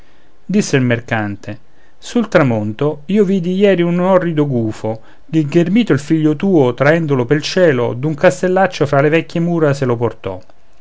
disse il mercante sul tramonto io vidi ieri un orrido gufo che ghermito il figlio tuo traendolo pel cielo d'un castellaccio fra le vecchie mura se lo portò